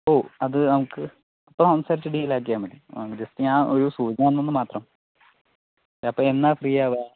ഓ അത് നമുക്ക് അപ്പോൾ അനുസരിച്ച് ഡീൽ ആക്കിയാൽ മതി ജസ്റ്റ് ഞാൻ ഒരു സൂചന തന്നൂന്ന് മാത്രം അപ്പോൾ എന്നാണ് ഫ്രീ ആകുക